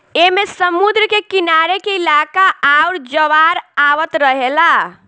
ऐमे समुद्र के किनारे के इलाका आउर ज्वार आवत रहेला